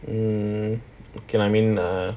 hmm okay lah I mean err